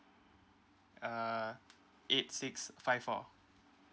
uh eight six five four